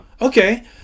Okay